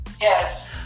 Yes